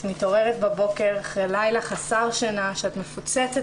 את מתעוררת בבוקר אחרי לילה חסר שינה שאת מפוצצת